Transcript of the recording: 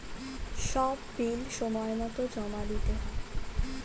সব বিল সময়মতো জমা দিতে হয়